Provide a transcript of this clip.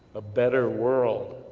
a better world.